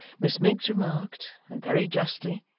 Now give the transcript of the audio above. miss miggs remarked, and very justly,